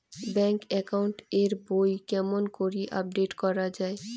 Bank account এর বই কেমন করি আপডেট করা য়ায়?